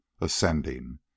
ascending